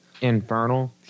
infernal